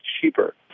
cheaper